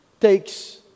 takes